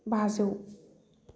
बाजौ